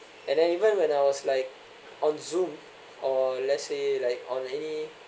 and then even when I was like on zoom or let's say like on any